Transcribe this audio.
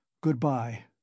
Goodbye